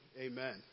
amen